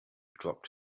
dropped